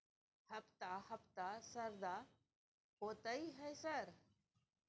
हफ्ता हफ्ता शरदा होतय है सर?